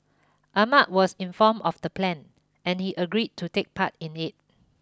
Ahmad was informed of the plan and he agreed to take part in it